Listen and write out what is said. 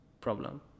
problem